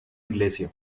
iglesia